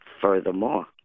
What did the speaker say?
furthermore